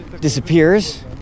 disappears